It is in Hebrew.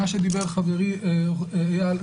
כפי שאמר חברי אייל,